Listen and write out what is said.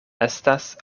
estas